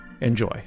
enjoy